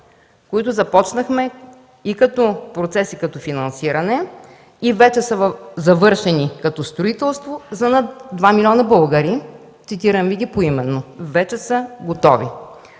изброя. Започнахме ги и като процес, и като финансиране. И двете са завършени като строителство за над 2 милиона българи. Цитирам Ви ги поименно, вече са готови.